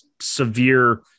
severe